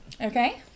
okay